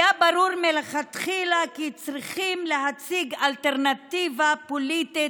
היה ברור מלכתחילה כי צריכים להציג אלטרנטיבה פוליטית,